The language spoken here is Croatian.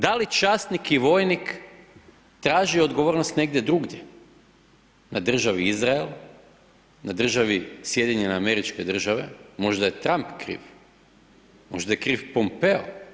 Da li časnik i vojnik traži odgovornost negdje drugdje na državi Izrael, na državi SAD-a, možda je Trump kriv, možda je kriv Pompeo?